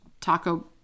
taco